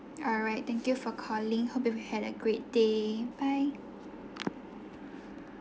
alright thank you for calling hope you have a great day bye